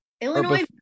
Illinois